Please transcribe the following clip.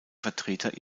vertreter